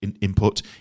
input